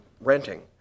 renting